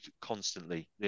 constantly